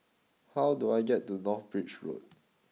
how do I get to North Bridge Road